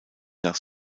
nach